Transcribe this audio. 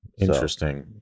Interesting